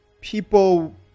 people